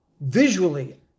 Visually